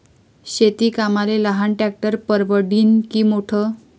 शेती कामाले लहान ट्रॅक्टर परवडीनं की मोठं?